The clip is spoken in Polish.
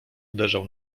uderzał